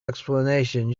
explanation